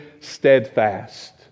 steadfast